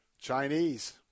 Chinese